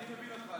אני מבין אותך,